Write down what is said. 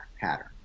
pattern